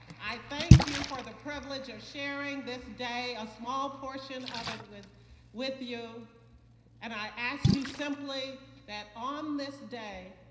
i thank you for the privilege of sharing this day, a small portion of it with with you and i ask you simply that on this day,